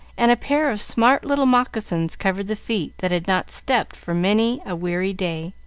and a pair of smart little moccasins covered the feet that had not stepped for many a weary day.